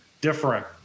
different